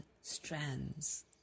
strands